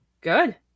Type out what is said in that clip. Good